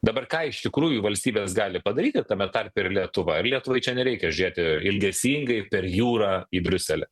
dabar ką iš tikrųjų valstybės gali padaryti tame tarpe ir lietuva ir lietuvai čia nereikia žiūrėti ilgesingai per jūrą į briuselį